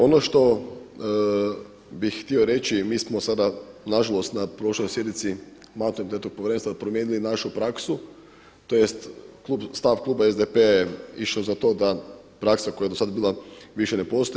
Ono što bih htio reći, mi smo sada na žalost na prošloj sjednici Mandatno-imunitetnog povjerenstva promijenili našu praksu, tj. stav kluba SDP-a je išao za to da praksa koja je do sad bila više ne postoji.